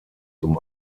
zum